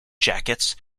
jackets